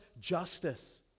justice